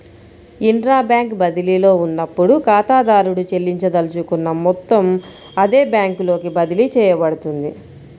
intra bank బదిలీలో ఉన్నప్పుడు, ఖాతాదారుడు చెల్లించదలుచుకున్న మొత్తం అదే బ్యాంకులోకి బదిలీ చేయబడుతుంది